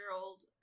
old